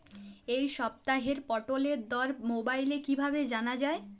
এই সপ্তাহের পটলের দর মোবাইলে কিভাবে জানা যায়?